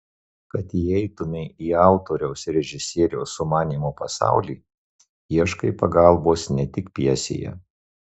kad įeitumei į autoriaus ir režisieriaus sumanymo pasaulį ieškai pagalbos ne tik pjesėje